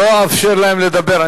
לא אאפשר להם לדבר.